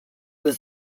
was